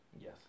Yes